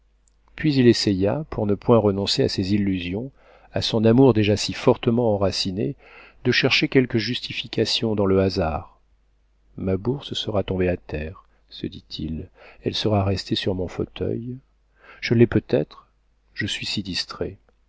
puis il essaya pour ne point renoncer à ses illusions à son amour déjà si fortement enraciné de chercher quelque justification dans le hasard ma bourse sera tombée à terre se dit-il elle sera restée sur mon fauteuil je l'ai peut-être je suis si distrait